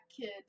kid